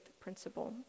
principle